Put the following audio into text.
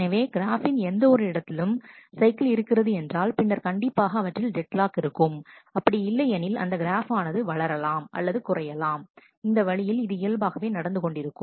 எனவே எனவே கிராஃபின் எந்த ஒரு இடத்திலும் சைக்கிள் இருக்கிறது என்றால் பின்னர் கண்டிப்பாக அவற்றில் டெட்லாக் இருக்கும் அப்படி இல்லையெனில் அந்த கிராஃப் ஆனது வளரலாம் அல்லது குறையலாம் இந்த வழியில் இது இயல்பாகவே நடந்து கொண்டிருக்கும்